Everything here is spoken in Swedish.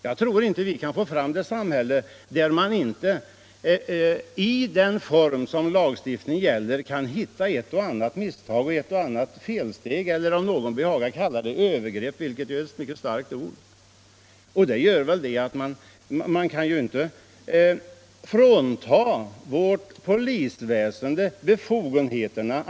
Jag tror inte att vi kan få eu samhälle där man inte i förhållande till den lagstiftning som gäller kan hitta ett och annat misstag, ett och annat felsteg eller — om någon behagar kalla det så - övergrepp, vilket är ett mycket starkt ord. Man kan ju inte frånta vårt polisväsende befogenheten.